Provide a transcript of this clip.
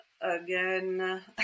again